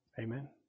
Amen